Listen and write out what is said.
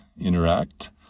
interact